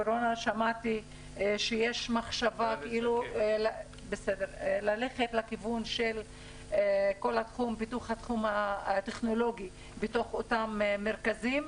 שמעתי שיש מחשבה ללכת לכיוון של פיתוח התחום הטכנולוגי באותם מרכזים.